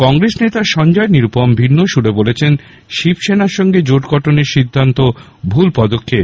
কংগ্রেস নেতা সঞ্জয় নিরুপম ভিন্ন সুরে বলেছেন শিবসেবার সঙ্গে জোটগঠনের সিদ্ধান্ত ভুল পদক্ষেপ